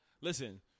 listen